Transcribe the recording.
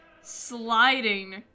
sliding